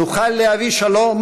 נוכל להביא שלום,